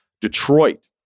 Detroit